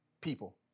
people